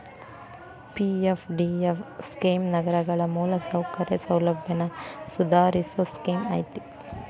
PFDF scheme ನಗರಗಳ ಮೂಲಸೌಕರ್ಯ ಸೌಲಭ್ಯನ ಸುಧಾರಸೋ ಸ್ಕೇಮ್ ಐತಿ